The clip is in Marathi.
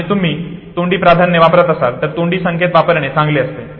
आणि तुम्ही तोंडी प्राधान्य वापरत असाल तर तोंडी संकेत वापरणे चांगले असते